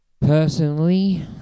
Personally